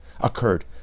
occurred